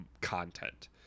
content